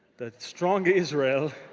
that strong israel.